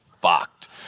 fucked